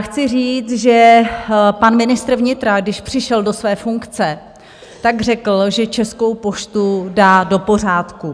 Chci říct, že pan ministr vnitra, když přišel do své funkce, řekl, že Českou poštu dá do pořádku.